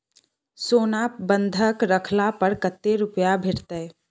सोना बंधक रखला पर कत्ते रुपिया भेटतै?